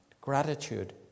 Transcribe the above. Gratitude